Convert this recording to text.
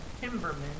timberman